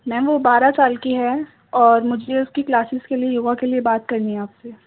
میم وہ بارہ سال کی ہے اور مجھے اس کی کلاسز کے لیے یوگا کے لیے بات کرنی ہے آپ سے